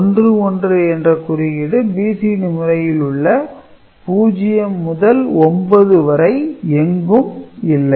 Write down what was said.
11 என்ற குறியீடு BCD முறையில் உள்ள 0 முதல் 9 வரை எங்கும் இல்லை